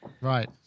right